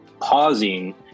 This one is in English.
pausing